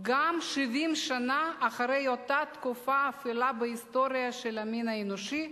גם 70 שנה אחרי אותה תקופה אפלה בהיסטוריה של המין האנושי,